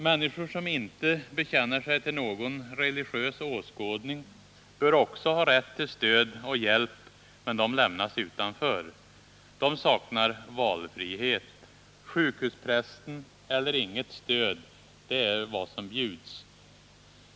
Människor som inte bekänner sig till någon religiös åskådning bör också ha rätt till stöd och hjälp, men de lämnas utanför. De saknar valfrihet. Sjukhusprästen eller inget stöd — det är vad som bjuds.